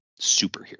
superhero